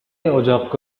اجاق